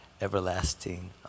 everlasting